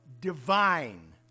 divine